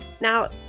Now